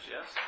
yes